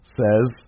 says